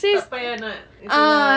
tak payah nak try